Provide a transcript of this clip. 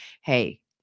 hey